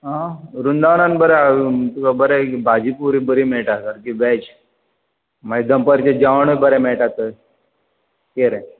आं वृंदावनान बरें हां तुका बरें भाजी पुरी बरी मेळटा सारकी वॅज मागीर दनपारचें जेवाणूय बरें मेळटा थंय कितें रे